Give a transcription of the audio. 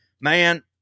man –